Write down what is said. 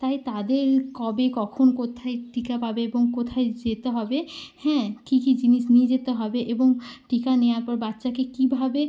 তাই তাদের কবে কখন কোথায় টিকা পাবে এবং কোথায় যেতে হবে হ্যাঁ কী কী জিনিস নিয়ে যেতে হবে এবং টিকা নেওয়ার পর বাচ্চাকে কীভাবে